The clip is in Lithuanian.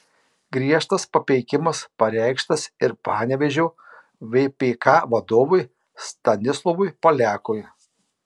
griežtas papeikimas pareikštas ir panevėžio vpk vadovui stanislovui poliakui